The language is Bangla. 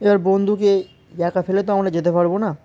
এবার বন্ধুকে একা ফেলে তো আমরা যেতে পারব না